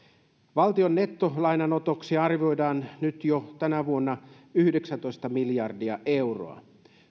valtion nettolainanotoksi arvioidaan tänä vuonna jo yhdeksäntoista miljardia euroa